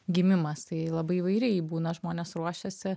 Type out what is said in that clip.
gimimas tai labai įvairiai būna žmonės ruošiasi